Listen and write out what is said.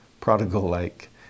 prodigal-like